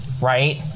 right